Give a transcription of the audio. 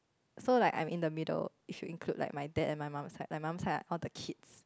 so like I'm in the middle you should include like my dad and my mum side my mum side are all the kids